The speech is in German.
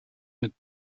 mit